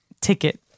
ticket